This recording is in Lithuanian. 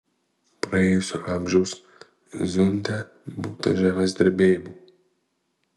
praėjusio amžiaus zunde būta žemės drebėjimų